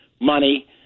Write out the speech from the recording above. money